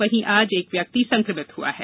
वहीं आज एक व्यक्ति संक्रमित मिला है